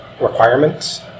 Requirements